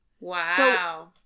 Wow